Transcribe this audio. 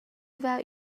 about